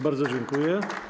Bardzo dziękuję.